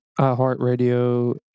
iHeartRadio